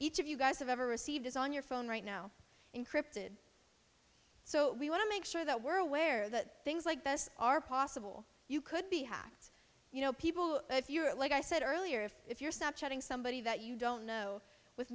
each of you guys have ever received is on your phone right now encrypted so we want to make sure that we're aware that things like this are possible you could be hacked you know people if you are like i said earlier if if you're snapshotting somebody that you don't know wit